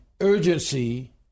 urgency